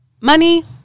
money